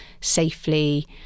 safely